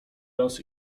raz